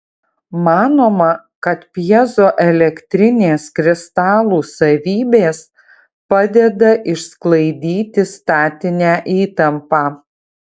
manoma kad pjezoelektrinės kristalų savybės padeda išsklaidyti statinę įtampą